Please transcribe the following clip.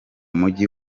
mujyi